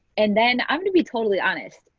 and then i'm gonna be totally honest,